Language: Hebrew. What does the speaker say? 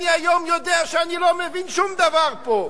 אני היום יודע שאני לא מבין שום דבר פה.